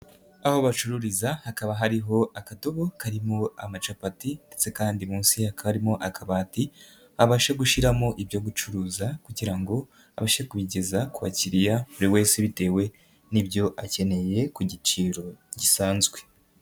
Aho bacururiza hakaba hariho akadobo karimo amacapati ndetse kandi munsi yako harimo akabati abashe gushyiramo ibyo gucuruza kugira ngo abashe kubigeza ku bakiriya buri wese bitewe n'ibyo akeneye ku giciro gisanzwe.